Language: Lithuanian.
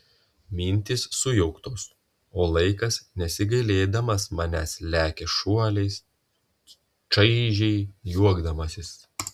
mintys sujauktos o laikas nesigailėdamas manęs lekia šuoliais čaižiai juokdamasis